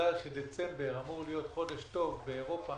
בגלל שדצמבר אמור להיות חודש טוב באירופה,